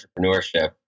entrepreneurship